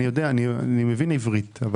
אני מבין עברית.